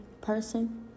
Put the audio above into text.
person